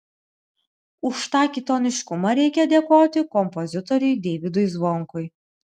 už tą kitoniškumą reikia dėkoti kompozitoriui deividui zvonkui